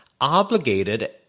obligated